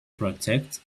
protect